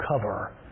cover